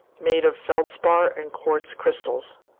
made of feldspar and quartz crystals.